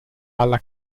alla